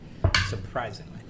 surprisingly